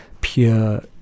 pure